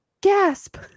Gasp